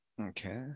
Okay